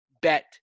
bet